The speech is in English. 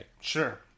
Sure